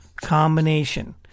combination